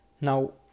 now